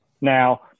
Now